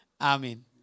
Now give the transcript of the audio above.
Amen